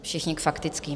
Všichni k faktickým.